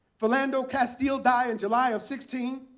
philando castile died in july of sixteen,